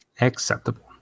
Acceptable